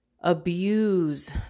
abuse